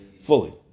fully